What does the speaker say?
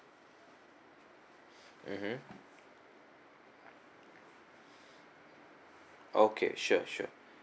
mm hmm okay sure sure